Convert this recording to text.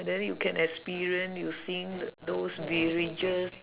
then you can experience you seeing those villagers